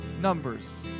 numbers